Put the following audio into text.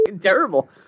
terrible